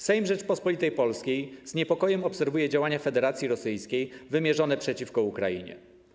Sejm Rzeczypospolitej Polskiej z niepokojem obserwuje działania Federacji Rosyjskiej wymierzone przeciwko Ukrainie.